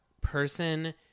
person